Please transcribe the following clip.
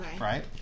right